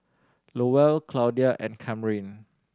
Lowell Claudia and Kamryn